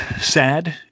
sad